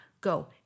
go